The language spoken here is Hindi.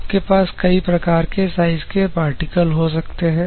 आपके पास कई प्रकार के साइज के पार्टिकल हो सकते हैं